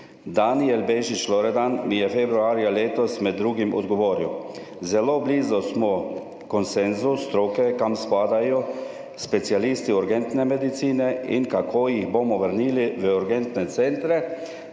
Danijel Bešič Loredan mi je februarja letos med drugim odgovoril: »Zelo blizu smo konsenzu stroke, kam spadajo specialisti urgentne medicine in kako jih bomo vrnili v urgentne centre,